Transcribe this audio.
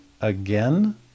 again